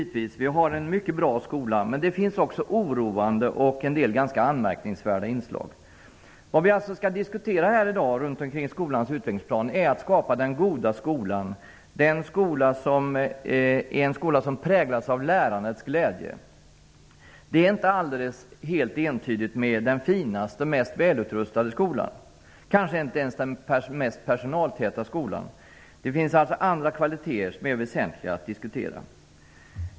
Vi har en mycket bra skola. Men det finns en del oroande och anmärkningsvärda inslag. Vi skall i dag diskutera utvecklingsplanen för skolan, dvs. att skapa den goda skolan. Det skall vara en skola som präglas av lärandets glädje. Detta är inte alldeles helt entydigt samma sak som den finaste och mest välutrustade skolan, kanske inte ens den mest personaltäta skolan. Det finns alltså andra kvaliteter som är väsentliga att diskutera.